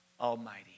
Almighty